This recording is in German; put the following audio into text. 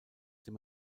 dem